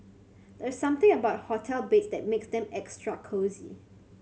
there's something about hotel beds that makes them extra cosy